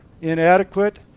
inadequate